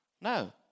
No